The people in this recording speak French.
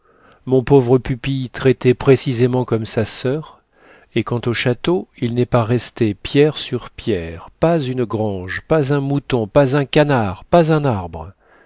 mon pauvre pupille traité précisément comme sa soeur et quant au château il n'est pas resté pierre sur pierre pas une grange pas un mouton pas un canard pas un arbre